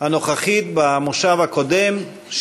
הנוכחית במושב הקודם,